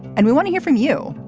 and we want to hear from you.